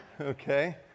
Okay